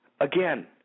Again